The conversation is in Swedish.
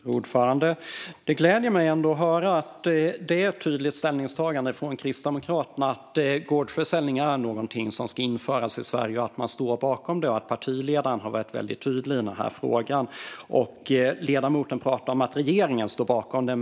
Fru ordförande! Det gläder mig ändå att höra att det är ett tydligt ställningstagande från Kristdemokraterna att de står bakom att gårdsförsäljning är någonting som ska införas i Sverige. Och partiledaren har också varit väldigt tydlig i denna fråga. Ledamoten pratar om att regeringen står bakom detta.